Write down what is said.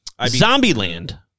Zombieland